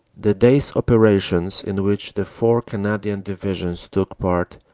the day's operations, in which the four canadian divisions took part,